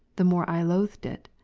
the more i loathed it.